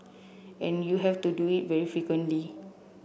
and you have to do it very frequently